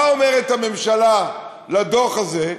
מה אומרת הממשלה על הדוח הזה?